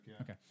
Okay